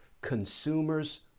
consumers